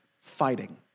fighting